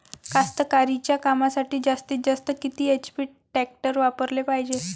कास्तकारीच्या कामासाठी जास्तीत जास्त किती एच.पी टॅक्टर वापराले पायजे?